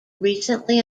recently